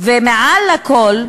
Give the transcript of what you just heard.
ומעל לכול,